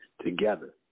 together